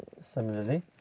similarly